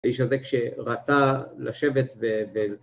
‫האיש הזה, כשרצה לשבת ב...